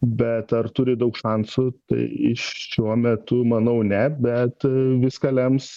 bet ar turi daug šansų tai šiuo metu manau ne bet viską lems